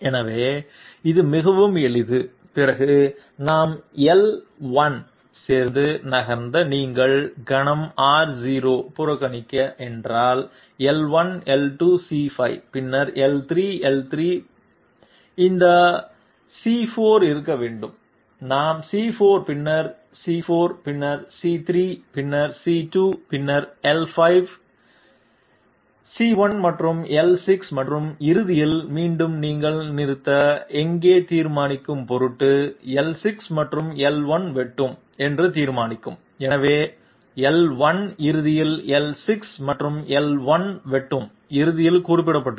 எனவே அது மிகவும் எளிது பிறகு நாம் l1 சேர்ந்து நகர்த்த நீங்கள் கணம் r0 புறக்கணிக்க என்றால் l1 l2 c5 பின்னர் l3 l3 இந்த பின்னர் அது c4 இருக்க வேண்டும் நாம் c4 பின்னர் c4 பின்னர் c3 பின்னர் c2 பின்னர் l5 c1 மற்றும் l6 மற்றும் இறுதியில் மீண்டும் நீங்கள் நிறுத்த எங்கே தீர்மானிக்கும் பொருட்டு l6 மற்றும் l1 வெட்டும் என்று தீர்மானிக்கும் எனவே l1 இறுதியில் l6 மற்றும் l1 வெட்டும் இறுதியில் குறிப்பிடப்பட்டுள்ளது